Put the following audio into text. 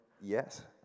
Yes